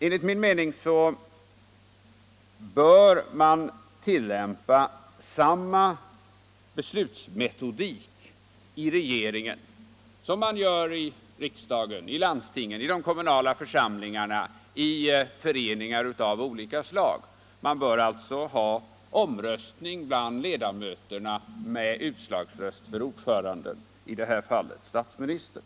Enligt min mening bör man tillämpa samma beslutsmetodik i regeringen som man tillämpar i riksdagen, i landstingen, i de kommunala församlingarna och i föreningar av olika slag. Man bör alltså ha omröstning bland ledamöterna med utslagsröst för ordföranden — i det här fallet statsministern.